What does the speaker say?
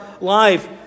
life